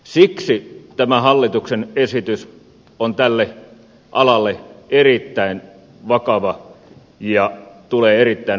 siksi tämä hallituksen esitys on tälle alalle erittäin vakava ja tulee erittäin vaikeaan paikkaan